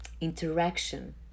Interaction